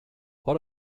what